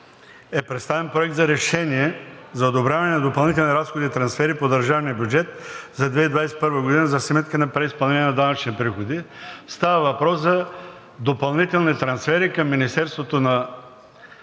е представен Проект за решение за одобряване на допълнителни разходи и трансфери по държавния бюджет за 2021 г. за сметка на преизпълнението на данъчните приходи. Става въпрос за допълнителни трансфери към Министерството на